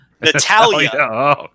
Natalia